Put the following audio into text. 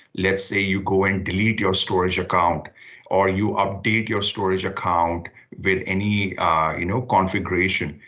let's say you go and delete your storage account or you update your storage account with any you know configuration,